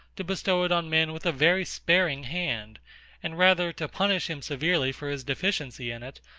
to bestow it on men with a very sparing hand and rather to punish him severely for his deficiency in it,